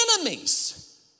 Enemies